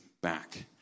back